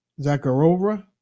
Zakharova